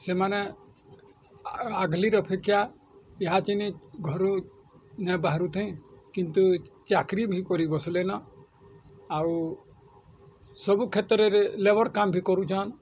ସେମାନେ ଆଗଲିର ଅପେକ୍ଷା ଈହା ଚିନି ଘରୁ ନାଇଁ ବାହାରୁ ଥାଇ କିନ୍ତୁ ଚାକିରୀ ବି କରି ବସିଲେନ ଆଉ ସବୁ କ୍ଷେତ୍ରରେ ଲେବର କାମ୍ ବି କରୁଛନ୍